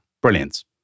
brilliant